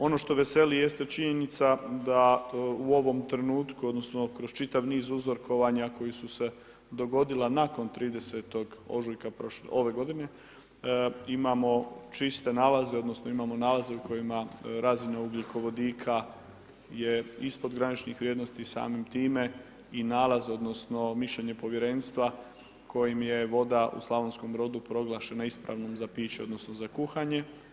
Ono što veseli jeste činjenica da u ovom trenutku, odnosno kroz čitav niz uzorkovanja koji su se dogodila nakon 30. ožujka ove godine imamo čiste nalaze, odnosno imamo nalaze u kojima razina ugljikovodika je ispod graničnih vrijednosti, samim time i nalaz, odnosno mišljenje povjerenstva kojim je voda u SB proglašena ispravnom za piće, odnosno za kuhanje.